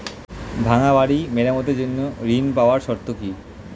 ভাঙ্গা বাড়ি মেরামতের জন্য ঋণ পাওয়ার শর্ত কি?